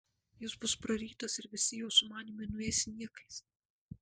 jis bus prarytas ir visi jos sumanymai nueis niekais